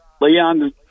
Leon